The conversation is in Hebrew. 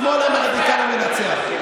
השמאל הרדיקלי מנצח.